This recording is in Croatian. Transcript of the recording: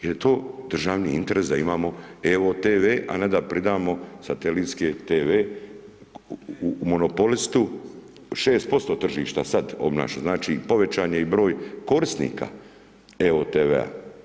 Jer je to državni interes da imamo evo-tv, a ne da pridamo satelitske tv monopolistu, 6% tržišta sad obnaša, znači, povećan je i broj korisnika evo-tv-a.